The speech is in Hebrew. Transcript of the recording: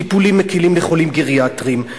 טיפולים מקלים בחולים גריאטריים.